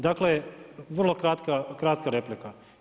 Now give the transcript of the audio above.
Dakle vrlo kratka replika.